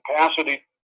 capacity